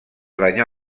danyar